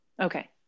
Okay